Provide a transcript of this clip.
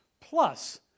Plus